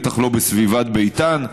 בטח לא בסביבת ביתן,